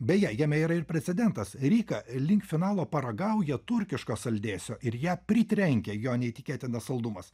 beje jame yra ir precedentas ryka link finalo paragauja turkiško saldėsio ir ją pritrenkia jo neįtikėtinas saldumas